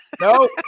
No